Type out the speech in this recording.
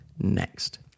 Next